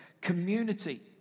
community